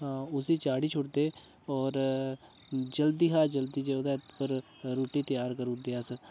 तां उसी चाढ़ी छुड़दे होर ते जल्दी शा जल्दी जेह्दे उप्पर रुट्टी त्यार करू दे अस